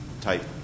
type